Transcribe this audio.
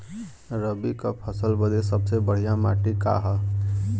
रबी क फसल बदे सबसे बढ़िया माटी का ह?